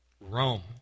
Rome